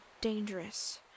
dangerous